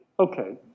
Okay